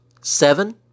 Seven